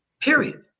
Period